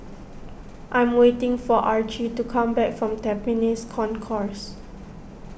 I am waiting for Archie to come back from Tampines Concourse